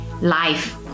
life